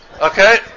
Okay